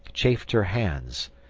chafed her hands,